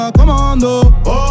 Commando